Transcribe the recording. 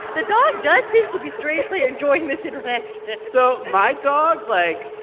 the dog does seem to be strangely enjoying this interaction so my dog, like,